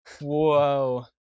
Whoa